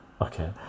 okay